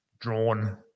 drawn